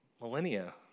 millennia